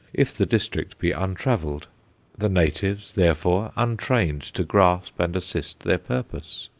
if the district be untravelled the natives, therefore, untrained to grasp and assist their purpose.